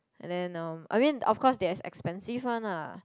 and then um I mean of course there has expensive one lah